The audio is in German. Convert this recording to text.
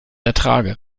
ertrage